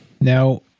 Now